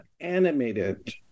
animated